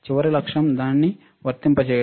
చివరి లక్ష్యం దానిని వర్తింపచేయడం